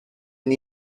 une